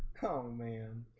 oh? man